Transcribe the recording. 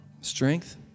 strength